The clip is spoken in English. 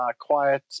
quiet